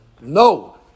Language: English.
No